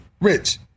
rich